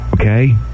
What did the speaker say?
Okay